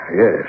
Yes